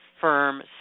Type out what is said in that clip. firm